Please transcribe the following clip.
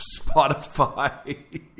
Spotify